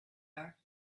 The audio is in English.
are